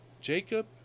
Jacob